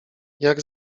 jak